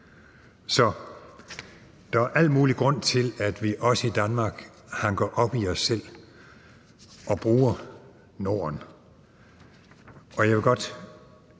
Så der er al mulig grund til, at vi også i Danmark hanker op i os selv og bruger Norden.